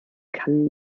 kann